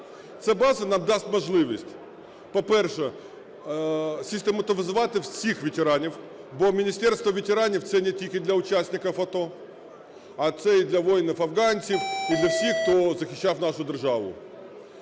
Ця база нам дасть можливість, по-перше, систематизувати всіх ветеранів, бо Міністерство ветеранів це не тільки для учасників АТО, а це і для воїнів афганців, і для всіх, хто захищав нашу державу.